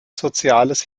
soziales